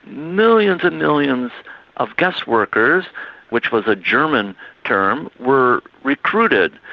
millions and millions of guest workers which was a german term, were recruited,